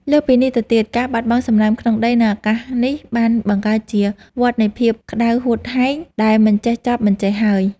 លើសពីនេះទៅទៀត ការបាត់បង់សំណើមក្នុងដី និងអាកាសនេះបានបង្កើតជា វដ្តនៃភាពក្តៅហួតហែង ដែលមិនចេះចប់មិនចេះហើយ។